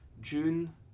June